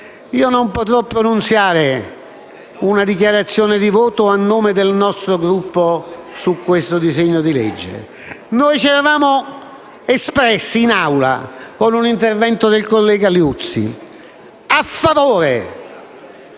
Io non potrò pronunziare una dichiarazione di voto a nome del nostro Gruppo su questo disegno di legge. Noi ci eravamo espressi in Assemblea, con un intervento del collega Liuzzi, a favore